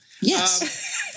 yes